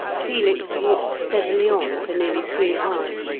felix walked steadily on for nearly three hours,